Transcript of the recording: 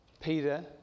Peter